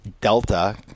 Delta